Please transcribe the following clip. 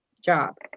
job